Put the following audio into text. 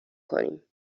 کنیم